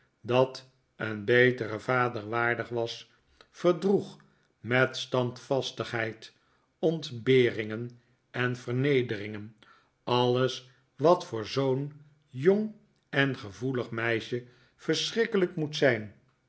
dat een beteren vader waardig was verdroeg met standvastigheid ontberingen en vernederingeri alles wat voor zoo'n jong en gevoelig meisje verschrikkelijk moet zijn